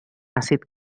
àcid